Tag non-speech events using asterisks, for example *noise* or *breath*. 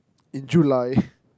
in July *breath*